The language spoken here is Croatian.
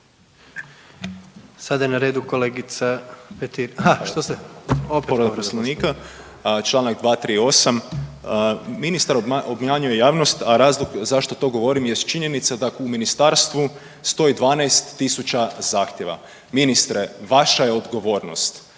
Sada je na redu kolegica Petir.